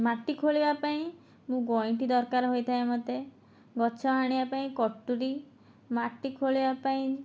ମାଟି ଖୋଳିବା ପାଇଁ ମୁଁ ଗଇଁଠି ଦରକାର ହୋଇଥାଏ ମୋତେ ଗଛ ହାଣିବା ପାଇଁ କଟୁରି ମାଟି ଖୋଳିବା ପାଇଁ